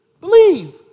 Believe